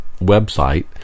website